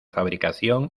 fabricación